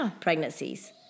pregnancies